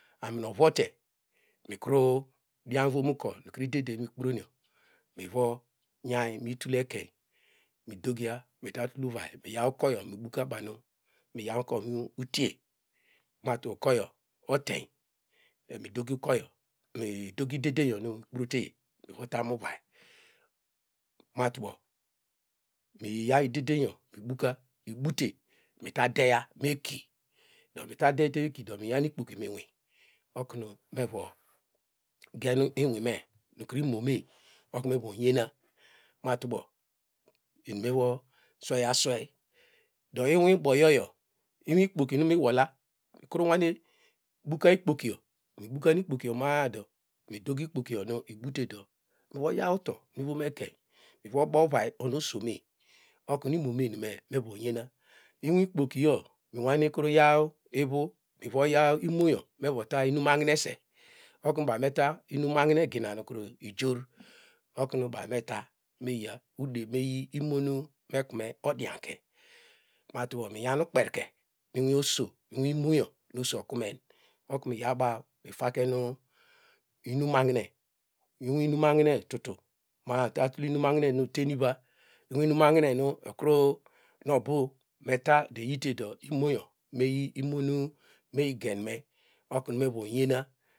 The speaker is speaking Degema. Amin ovuote mikru dianvonu uko nu ideden nul kponow mivo nyany itul ekeiny midokia mita tul uvay miyaw ukiyo mebuka bam uyaw uko nu tie mamdo uko yo oteiny dalm dog ukoyo midogi idedenyor mokprote vom tom uvay matubo miyaw idedenyo mibuka mipute ta deya meki ndo nuta deyita me ki do miyaw ikpoki mi inwol oknu movo gen inwine nukru imome oknu evo nyena matubo eni movo swey aswey do inwi boyoyo inwi ikpoki nu mi wola kru nwane buka okpokiyo kam ubukam okpokiyo ma- a do me ikpokiyo nu ibutedo me vo yawto mivom ekeiny me vo no uvay anu osome oknu imome nume mevo nyena inwi ikpokiyo nwane kru yaw imonyo evotan inum mahinese okunu baw meta inum mahine gina nu ojor okunu baw meta me ya me vey imo nu me okme odianke matubo minyam ukpenke inwi oso nu imoy oso okunen otnu iyabaw faken inumahine inwi inum mahine tutu ma- a ota tul inum mahine nu oten iva inimahine nu okru obu eta te eyitedo imoyo mey ginu nu meyi genme okme mevo nyena.